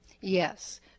Yes